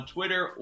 Twitter